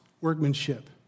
workmanship